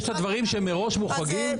יש דברים שהם מראש מוחרגים.